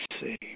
see